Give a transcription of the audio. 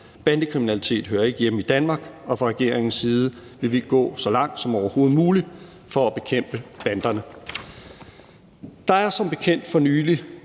Bandekriminalitet hører ikke hjemme i Danmark, og fra regeringens side vil vi gå så langt som overhovedet muligt for at bekæmpe banderne. Der er som bekendt for nylig